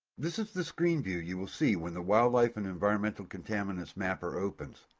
this is the screen view you will see when the wildlife and environmental contaminants mapper opens.